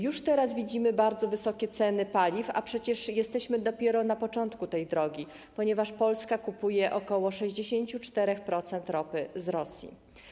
Już teraz widzimy bardzo wysokie ceny paliw, a przecież jesteśmy dopiero na początku tej drogi, ponieważ Polska ok. 64% ropy kupuje z Rosji.